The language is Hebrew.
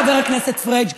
חבר הכנסת פריג',